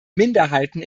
minderheiten